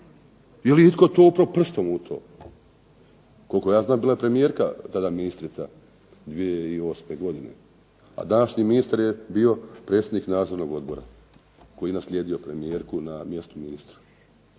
Je li itko tu upro prstom u to? Koliko ja znam bila je premijerka tada ministrica 2008. godine, a današnji ministar je bio predsjednik nadzornog odbora koji je naslijedio premijerku na mjestu ministra.